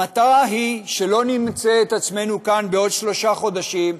המטרה היא שלא נמצא את עצמנו כאן בעוד שלושה חודשים,